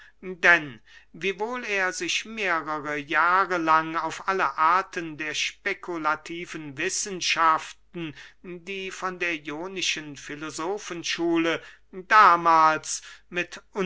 denn wiewohl er sich mehrere jahre lang mit allen arten der spekulativen wissenschaften die von der ionischen filosofenschule damahls mit